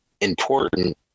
important